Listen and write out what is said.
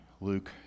Luke